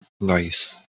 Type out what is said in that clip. Nice